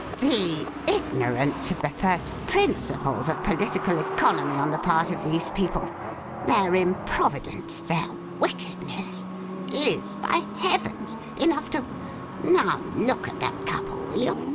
the ignorance of the first principles of political economy on the part of these people their improvidence their wickedness is, by heavens! enough to now look at that couple, will you